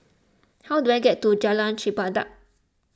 how do I get to Jalan Chempedak